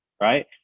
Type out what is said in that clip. right